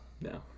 No